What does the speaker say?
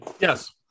Yes